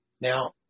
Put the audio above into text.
Now